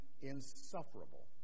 insufferable